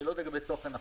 ושאלות לגבי תוכן החוק.